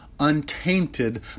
untainted